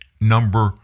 number